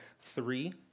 three